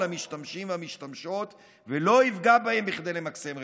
המשתמשים והמשתמשות ולא יפגע בהם כדי למקסם רווחים.